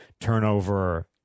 turnover